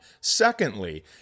Secondly